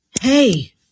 Hey